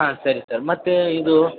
ಹಾಂ ಸರಿ ಸರ್ ಮತ್ತು ಇದು